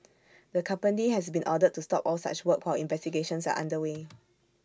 the company has been ordered to stop all such work while investigations are under way